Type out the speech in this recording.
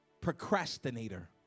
Procrastinator